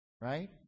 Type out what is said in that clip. Right